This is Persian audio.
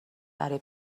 برا